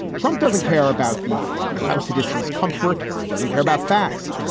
trump doesn't care about the closest. his comfort doesn't care about facts.